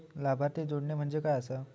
लाभार्थी जोडणे म्हणजे काय आसा?